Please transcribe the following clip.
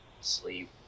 Sleep